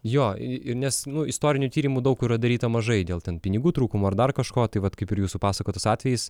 jo ir nes nu istorinių tyrimų daug yra daryta mažai dėl ten pinigų trūkumo ar dar kažko tai vat kaip ir jūsų pasakotas atvejis